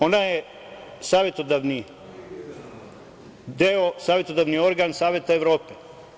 Ona je savetodavni deo, savetodavni organ Saveta Evrope.